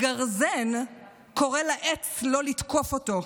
הגרזן קורא לעץ לא לתקוף אותו.